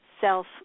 self